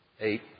eight